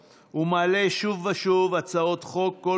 הכנסת עם רומניה ועמד בראש כמה שדולות בכנסת,